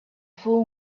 full